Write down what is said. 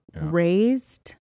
Raised